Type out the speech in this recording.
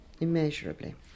immeasurably